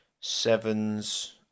Sevens